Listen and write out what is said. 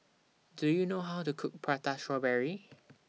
Do YOU know How to Cook Prata Strawberry